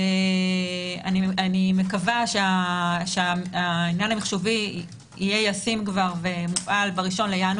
אני מקווה שהעניין המחשובי יהיה ישים כבר ומופעל ב-1.1.